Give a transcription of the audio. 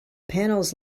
panels